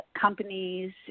companies